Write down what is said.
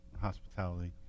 Hospitality